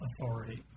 authority